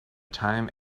time